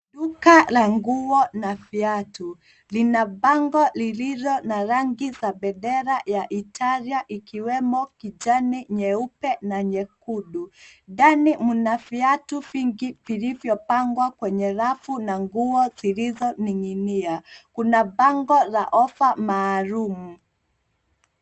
Duka la nguo na viatu, lina bango lililo na rangi za bendera ya Italia ikiwemo kijani, nyeupe na nyekundu. Ndani mna viatu vingi vilivyopangwa kwenye rafu na nguo zilizoning'inia. Kuna bango la offer maalum.